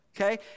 okay